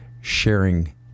sharing